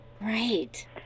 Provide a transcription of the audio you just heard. Right